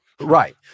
Right